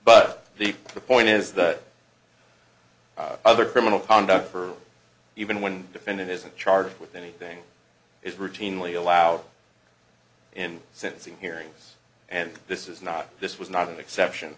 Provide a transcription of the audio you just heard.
but the point is that other criminal conduct for even when defendant isn't charged with anything is routinely allowed in sentencing hearings and this is not this was not an exception